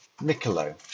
Niccolo